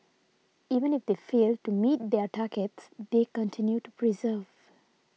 even if they failed to meet their targets they continue to persevere